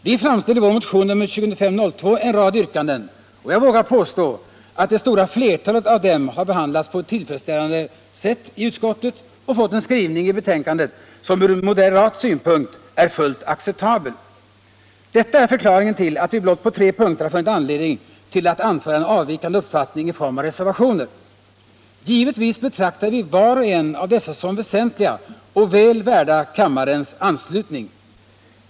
Vi framställde i vår motion nr 2502 en rad yrkanden, och jag vågar påstå att det stora flertalet av dem har behandlats på ett tillfredsställande sätt i utskottet och fått en skrivning i betänkandet som ur moderat synpunkt är fullt acceptabel. Detta är förklaringen till att vi blott på tre punkter har funnit anledning att anföra en avvikande uppfattning i form av reservationer. Givetvis betraktar vi var och en av dessa som väsentlig och väl värd kammarens anslutning.